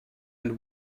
and